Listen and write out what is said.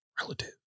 Relative